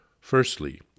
Firstly